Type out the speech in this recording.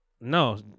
No